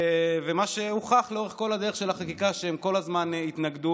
ומה שהוכח לאורך כל הדרך של החקיקה: הם כל הזמן התנגדו,